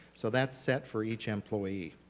so that's set for each employee.